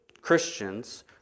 Christians